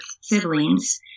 siblings